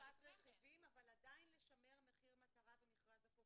והוספת רכיבים אבל עדיין לשמר מחיר מטרה במכרז הפוך,